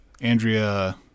Andrea